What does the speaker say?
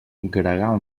gregal